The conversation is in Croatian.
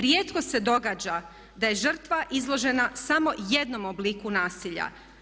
Rijetko se događa da je žrtva izložena samo jednom obliku nasilja.